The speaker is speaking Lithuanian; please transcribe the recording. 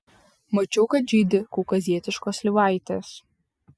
mačiau kad žydi kaukazietiškos slyvaitės